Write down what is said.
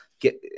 get